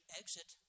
exit